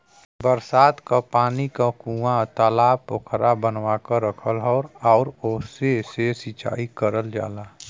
बरसात क पानी क कूंआ, तालाब पोखरा बनवा के रखल हौ आउर ओसे से सिंचाई करल जाला